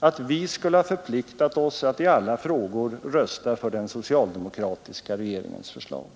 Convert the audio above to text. att vi skulle ha förpliktat oss att i alla frågor rösta för den socialdemokratiska regeringens förslag.